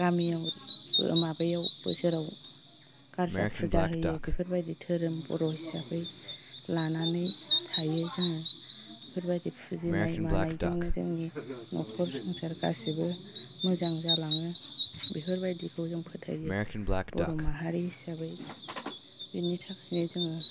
गामियावबो माबायाव बोसोराव गारजा फुजा होयो बेफोरबायदि धोरोम बर' हिसाबै लानानै थायो जोङो बेफोरबायदि फुजिनाय मानायजोंनो जोंनि न'खर संसार गासैबो मोजां जालाङो बेफोरबायदिखौ जों फोथायो बर' माहारि हिसाबै बिनि थाखायनो जोङो